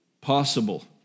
possible